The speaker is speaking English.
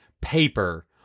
paper